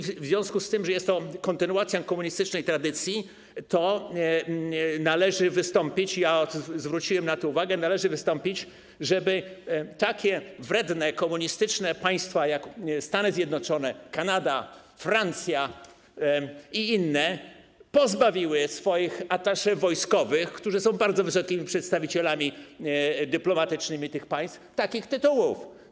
W związku z tym, że jest to kontynuacja komunistycznej tradycji, to należy wystąpić o to - zwróciłem na to uwagę - żeby takie wredne, komunistyczne państwa jak: Stany Zjednoczone, Kanada, Francja i inne pozbawiły swoich attaché wojskowych, którzy są bardzo wysokimi przedstawicielami dyplomatycznymi tych państw, takich tytułów.